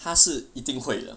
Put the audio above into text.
他是一定会的